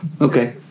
Okay